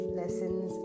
lessons